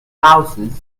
louses